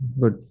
Good